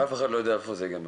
אף אחד לא יודע איפה זה יגמר,